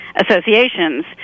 associations